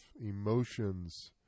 emotions